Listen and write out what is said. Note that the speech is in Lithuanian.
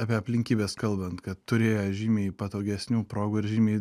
apie aplinkybes kalbant kad turėjo žymiai patogesnių progų ir žymiai